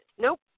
Nope